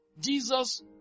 Jesus